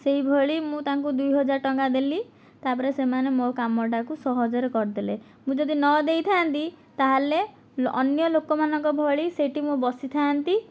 ସେହିଭଳି ମୁଁ ତାଙ୍କୁ ଦୁଇ ହଜାର ଟଙ୍କା ଦେଲି ତା'ପରେ ସେମାନେ ମୋ' କାମଟାକୁ ସହଜରେ କରିଦେଲେ ମୁଁ ଯଦି ନଦେଇଥାନ୍ତି ତା'ହେଲେ ଅନ୍ୟ ଲୋକମାନଙ୍କ ଭଳି ସେଠି ମୁଁ ବସିଥାନ୍ତି